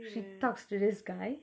she talks to this guy